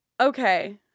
Okay